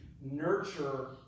nurture